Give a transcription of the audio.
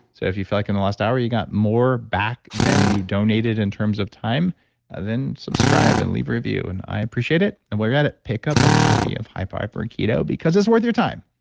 so if you feel like in the last hour, you got more back than you donated in terms of time then subscribe and leave a review. and i appreciate it and while you're at it, pick up a copy of high fiber keto because it's worth your time.